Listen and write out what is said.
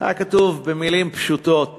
היה כתוב במילים פשוטות